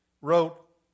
wrote